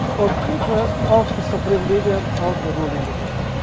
or interest of the supreme leader or the ruling elite.